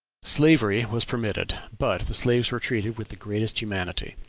slavery was permitted, but the slaves were treated with the greatest humanity.